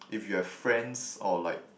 if you have friends or like